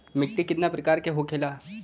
मिट्टी कितना प्रकार के होखेला?